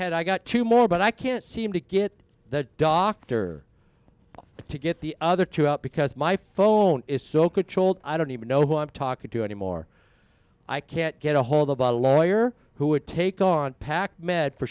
head i got two more but i can't seem to get the doctor to get the other two up because my phone is so controlled i don't even know who i'm talking to anymore i can't get a hold of a lawyer who would take on pack med for